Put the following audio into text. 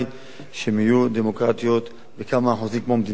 שיהיו דמוקרטיות בכמה אחוזים כמו מדינת ישראל.